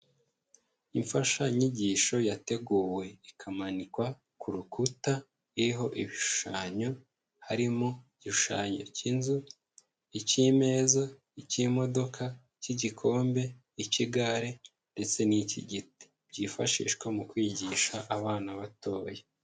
Imfashanyigisho yateguwe ikamanikwa ku rukuta iriho ibishushanyo, harimo igishushanyo cy'inzu, icy'imeza, icy'imodoka, icy'igikombe, icy'igare ndetse n'icy'igiti byifashishwa mu kwigisha abana batoya.